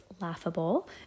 laughable